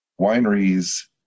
wineries